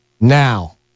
Now